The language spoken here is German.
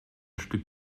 stück